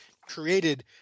created